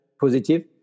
positive